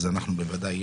אז אנחנו בוודאי,